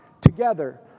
together